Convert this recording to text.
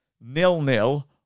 nil-nil